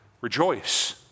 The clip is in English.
Rejoice